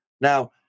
Now